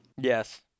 yes